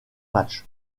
matchs